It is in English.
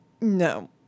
No